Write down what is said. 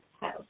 house